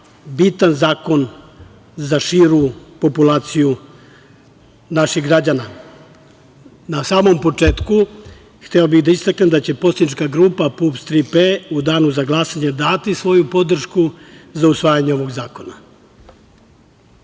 bitan zakon za širu populaciju naših građana. Na samom početku, hteo bih da istaknem da će poslanička grupa PUPS, Tri „P“ u danu za glasanje dati svoju podršku za usvajanje ovog